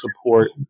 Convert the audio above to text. support